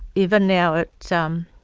even now, it so um